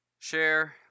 Share